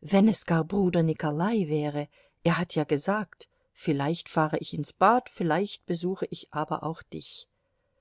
wenn es gar bruder nikolai wäre er hat ja gesagt vielleicht fahre ich ins bad vielleicht besuche ich aber auch dich